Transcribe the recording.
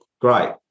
great